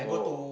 oh